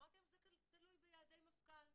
אמרתי להם: זה תלוי ביעדי מפכ"ל.